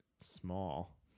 small